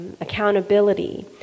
Accountability